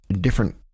different